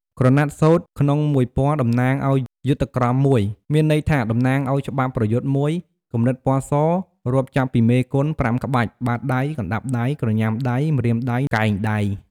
ក្រណាត់សូត្រ ក្នុងមួយពណ៌តំណាងឱ្យយុទ្ធក្រមមួយ មានន័យថាតំណាងឱ្យច្បាប់ប្រយុទ្ធមួយ កម្រិតពណ៌ស រាប់ចាប់ពីមេគុន ៥ក្បាច់ បាតដៃ កណ្ដាប់ដៃ ក្រញាំដៃ ម្រាមដៃ កែងដៃ ។